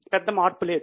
పెద్ద మార్పు లేదు